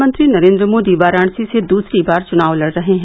प्रधानमंत्री नरेन्द्र मोदी वाराणसी से दूसरी बार चुनाव लड़ रहे हैं